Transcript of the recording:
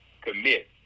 Commit